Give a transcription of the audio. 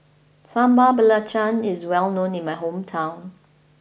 Sambal Belacan is well known in my hometown